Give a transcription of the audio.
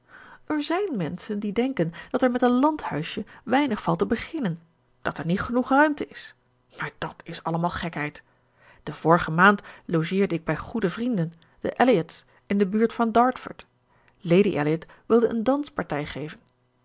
er zijn menschen die denken dat er met een landhuisje weinig valt te beginnen dat er niet genoeg ruimte is maar dat is allemaal gekheid de vorige maand logeerde ik bij goede vrienden de elliott's in de buurt van dartford lady elliott wilde een danspartij geven